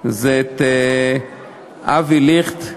אבי ליכט,